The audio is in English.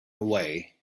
away